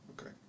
Okay